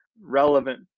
relevant